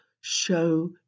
show